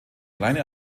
kleine